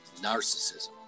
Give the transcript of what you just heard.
narcissism